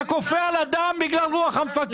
אתה כופה על אדם בגלל רוח המפקד.